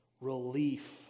relief